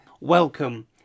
Welcome